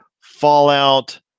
fallout